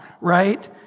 right